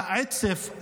העצב,